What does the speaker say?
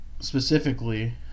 specifically